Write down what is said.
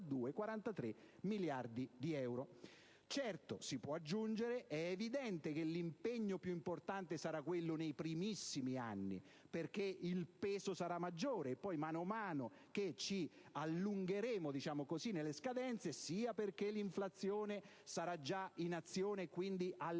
Certo, si può aggiungere che è evidente che l'impegno più importante sarà quello relativo ai primissimi anni, poiché il peso sarà maggiore, mentre man mano che ci allungheremo nelle scadenze, sia perché l'inflazione sarà già in azione, e quindi alleggerirà